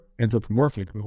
anthropomorphic